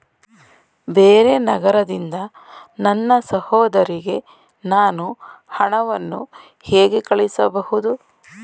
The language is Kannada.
ಬೇರೆ ನಗರದಿಂದ ನನ್ನ ಸಹೋದರಿಗೆ ನಾನು ಹಣವನ್ನು ಹೇಗೆ ಕಳುಹಿಸಬಹುದು?